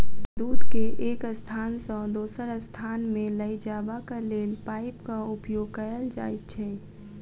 दूध के एक स्थान सॅ दोसर स्थान ल जयबाक लेल पाइपक उपयोग कयल जाइत छै